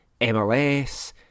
MLS